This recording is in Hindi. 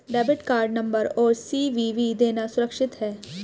डेबिट कार्ड नंबर और सी.वी.वी देना सुरक्षित है?